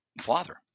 father